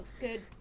good